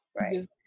right